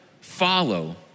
follow